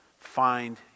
find